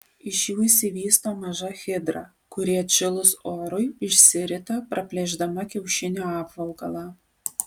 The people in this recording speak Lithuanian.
iš jų išsivysto maža hidra kuri atšilus orui išsirita praplėšdama kiaušinio apvalkalą